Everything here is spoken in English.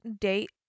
date